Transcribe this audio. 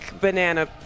banana